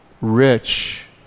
rich